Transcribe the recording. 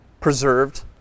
preserved